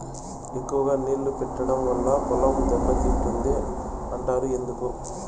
ఎక్కువగా నీళ్లు పెట్టడం వల్ల పొలం దెబ్బతింటుంది అంటారు ఎందుకు?